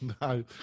No